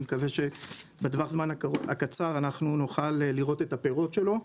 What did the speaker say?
אני מקווה שבטווח הקצר אנחנו נוכל לראות את הפרות שלו.